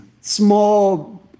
Small